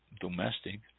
domestic